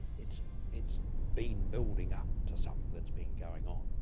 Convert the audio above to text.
it's it's been building up to something that's been going on.